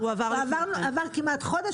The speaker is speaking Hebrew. עבר כמעט חודש,